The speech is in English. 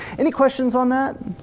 any questions on that?